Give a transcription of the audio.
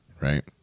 right